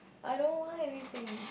I don't want anything